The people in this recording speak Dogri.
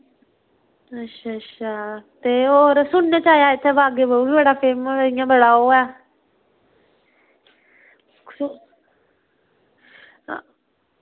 अच्छा अच्छा ते होर सुनने च आया इत्थै बाग ए बहु बी बड़ा फेमस इ'यां बड़ा ओह् ऐ